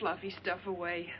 fluffy stuff away